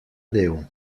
déu